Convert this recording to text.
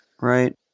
right